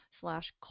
slash